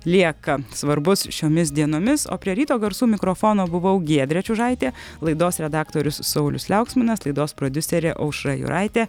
lieka svarbus šiomis dienomis o prie ryto garsų mikrofono buvau giedrė čiužaitė laidos redaktorius saulius liauksminas laidos prodiuserė aušra juraitė